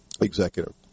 executive